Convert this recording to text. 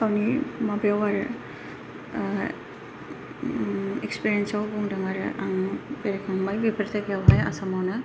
गावनि माबायाव आरो एक्सपिरियेन्साव बुंदों आरो आं बेरायखांबाय बेफोर जायगायावहाय आसामावनो